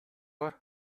бар